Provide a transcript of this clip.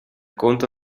conto